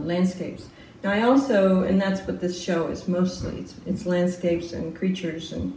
landscapes and i also and that's what this show is mostly it's landscapes and creatures and